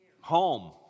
home